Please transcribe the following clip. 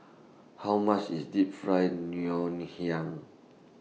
How much IS Deep Fried Ngoh Hiang